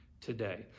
today